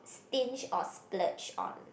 stingy or splurge on